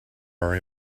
our